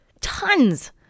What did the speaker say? tons